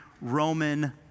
Roman